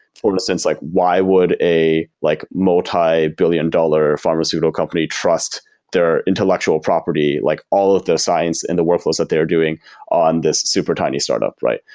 for instance, like why would a like multi-billion dollar pharmaceutical company trust their intellectual property, like all of the science and the workflows that they are doing on this super tiny startup, right?